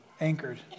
anchored